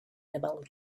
about